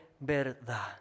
verdad